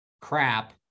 crap